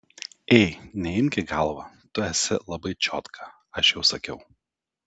ei neimk į galvą tu esi labai čiotka aš jau sakiau